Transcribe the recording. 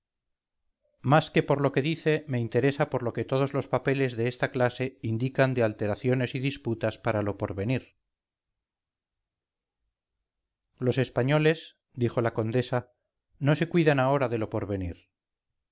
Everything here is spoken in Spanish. más que por lo que dice me interesa por lo que todos los papeles de esta clase indican de alteraciones y disputas para lo por venir los españoles dijo la condesa no se cuidan ahora de lo porvenir